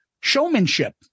showmanship